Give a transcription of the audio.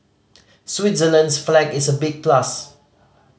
Switzerland's flag is a big plus